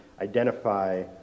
identify